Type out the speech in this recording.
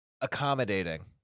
accommodating